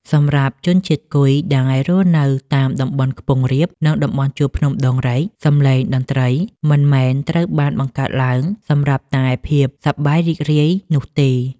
សម្រាប់ជនជាតិគុយដែលរស់នៅតាមតំបន់ខ្ពង់រាប និងតំបន់ជួរភ្នំដងរែក សម្លេងតន្ត្រីមិនមែនត្រូវបានបង្កើតឡើងសម្រាប់តែភាពសប្បាយរីករាយនោះទេ។